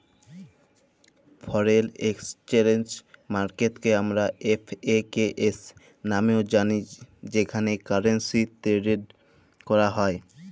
foreign exchange মার্কেটকে আমরা এফ.এ.কে.এস লামেও জালি যেখালে কারেলসি টেরেড ক্যরা হ্যয়